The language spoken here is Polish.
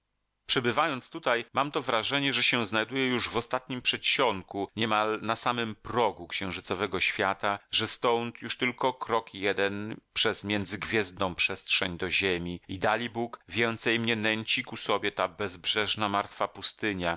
przebywając tutaj mam to wrażenie że się znajduję już w ostatnim przedsionku niemal na samym progu księżycowego świata że stąd już tylko krok jeden przez międzygwiezdną przestrzeń do ziemi i dalibóg więcej mnie nęci ku sobie ta bezbrzeżna martwa pustynia